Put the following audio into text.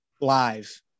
live